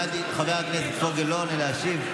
הבנתי שחבר הכנסת פוגל לא עולה להשיב.